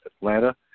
Atlanta